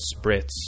Spritz